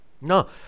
No